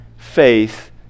Faith